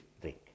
drink